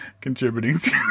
contributing